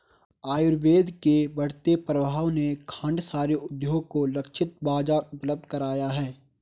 आयुर्वेद के बढ़ते प्रभाव ने खांडसारी उद्योग को लक्षित बाजार उपलब्ध कराया है